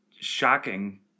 shocking